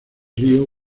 río